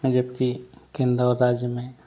जब की केंद्र और राज्य में